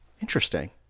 interesting